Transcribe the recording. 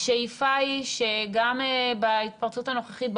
השאיפה היא שגם בהתפרצות הנוכחית,